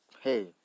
hey